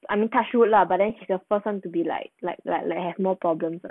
I mean touch wood lah but then the first time to be like like like like have more problems